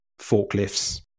forklifts